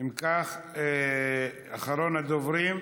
אם כך, אחרון הדוברים,